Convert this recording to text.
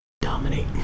dominate